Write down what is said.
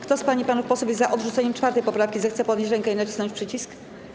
Kto z pań i panów posłów jest za odrzuceniem 4. poprawki, zechce podnieść rękę i nacisnąć przycisk.